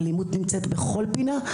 האלימות נמצאת בכל פינה.